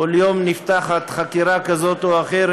כל יום נפתחת חקירה כזאת או אחרת.